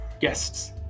guests